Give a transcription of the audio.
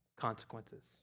consequences